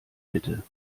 bitte